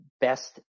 best